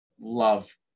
love